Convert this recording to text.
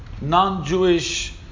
non-Jewish